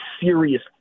serious